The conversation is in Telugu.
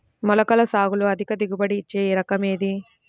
మొలకల సాగులో అధిక దిగుబడి ఇచ్చే రకం ఏది?